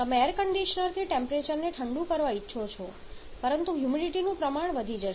તમે air conditioner થી ટેમ્પરેચરને ઠંડું કરવા ઈચ્છો છો પરંતુ હ્યુમિડિટીનું પ્રમાણ વધી જશે